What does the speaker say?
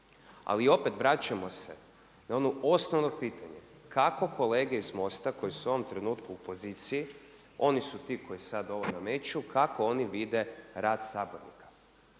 Ali i opet vraćamo se na ono osnovno pitanje kako kolege iz MOST-a koji su u ovom trenutku u poziciji, oni su ti koji sad ovo nameću, kako oni vide rad sabornika.